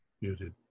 muted